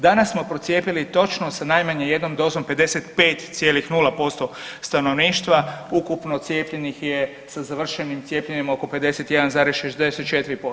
Danas smo procijepili točno sa najmanje jednom dozom 55,0% stanovništva, ukupno cijepljenih je sa završenim cijepljenjem je oko 51,64%